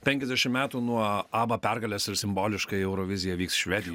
penkiasdešim metų nuo abba pergalės ir simboliškai eurovizija vyks švedi